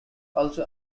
also